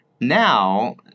Now